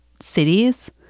cities